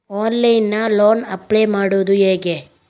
Online loan apply ಮಾಡುವುದು ಹೇಗೆ?